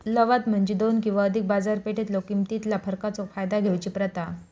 लवाद म्हणजे दोन किंवा अधिक बाजारपेठेतलो किमतीतला फरकाचो फायदा घेऊची प्रथा